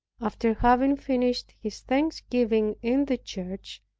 after having finished his thanksgiving in the church,